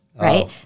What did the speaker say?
Right